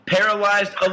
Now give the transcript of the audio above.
Paralyzed